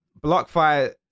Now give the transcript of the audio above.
Blockfire